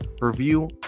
review